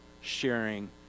sharing